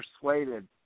persuaded